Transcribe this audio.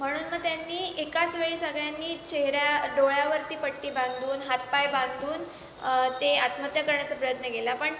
म्हणून मग त्यांनी एकाच वेळी सगळ्यांनी चेहऱ्या डोळ्यावरती पट्टी बांधून हात पाय बांधून ते आत्महत्या करण्याचा प्रयत्न केला पण